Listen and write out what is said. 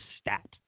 stat